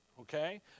Okay